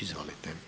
Izvolite.